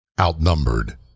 outnumbered